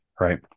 Right